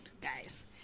guys